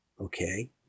Okay